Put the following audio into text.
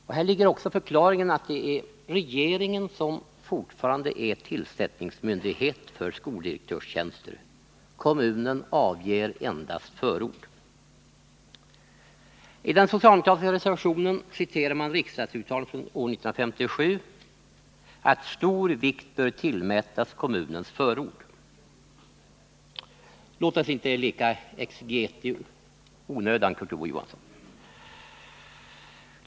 Och här ligger också förklaringen till att det fortfarande är regeringen som är tillsättningsmyndighet för skoldirektörstjänster. Kommunen avger endast förord. I den socialdemokratiska reservationen hänvisar man till riksdagsuttalandet från år 1957 om att stor vikt bör tillmätas skolstyrelsens förord. Låt oss inte leka exegeter i onödan, Kurt Ove Johansson!